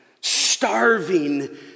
starving